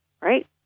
right